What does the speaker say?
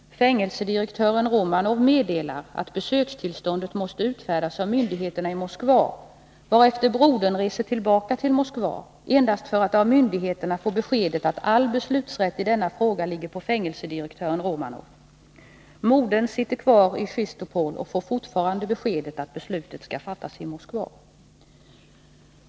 Fängelsedirektören Romanov meddelade att besökstillståndet måste utfärdas av myndigheterna i Moskva, varefter brodern reste tillbaka till Moskva endast för att av myndigheterna få beskedet att all beslutanderätt i denna fråga ligger på fängelsedirektören Romanov. Modern sitter kvar i Chistopol och får fortfarande beskedet att beslutet skall fattas i Moskva.